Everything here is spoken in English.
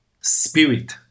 spirit